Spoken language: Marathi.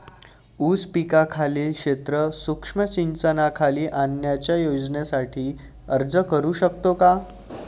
ऊस पिकाखालील क्षेत्र सूक्ष्म सिंचनाखाली आणण्याच्या योजनेसाठी अर्ज करू शकतो का?